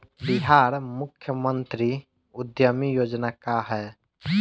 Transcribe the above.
बिहार मुख्यमंत्री उद्यमी योजना का है?